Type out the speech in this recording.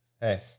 Hey